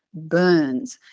burns,